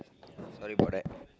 sorry about that